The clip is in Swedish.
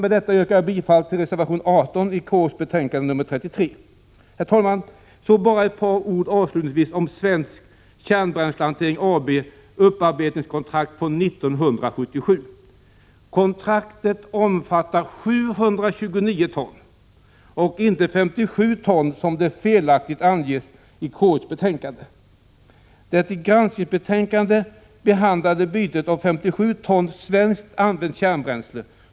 Med detta yrkar jag bifall till reservation 18 i konstitutionsutskottets betänkande nr 33. Herr talman! Bara ett par ord avslutningsvis om Svensk Kärnbränslehante = Prot. 1986/87:127 ring AB:s upparbetningskontrakt från 1977. Kontrakten omfattade 729 ton 20 maj 1987 och inte 57 ton, som felaktigt anges i KU:s betänkande.